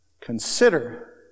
consider